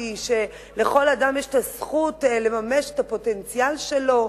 שלכל אדם יש הזכות לממש את הפוטנציאל שלו,